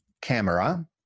camera